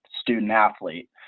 student-athlete